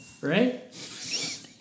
right